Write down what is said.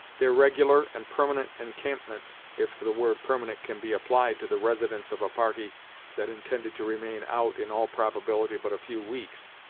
their regular, and permanent encampment, if the word permanent can be applied to the residence of a party that intended to remain out, in all probability, but a few weeks,